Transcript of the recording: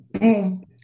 boom